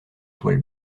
toile